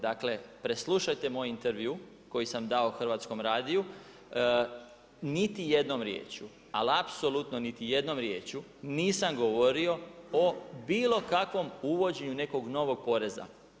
Dakle preslušajte moj intervju koji sam dao Hrvatskom radiju, niti jednom riječju ali apsolutno niti jednom riječju nisam govorio o bilo kakvom uvođenju nekog novog poreza.